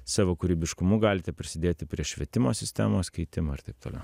savo kūrybiškumu galite prisidėti prie švietimo sistemos keitimo ir taip toliau